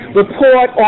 report